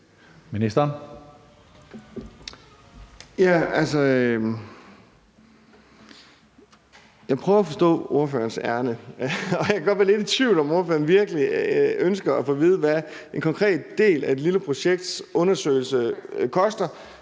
Jeg prøver at forstå ordførerens ærinde, og jeg kan godt være lidt i tvivl om, om ordføreren virkelig ønsker at få at vide, hvad en konkret del af undersøgelsen til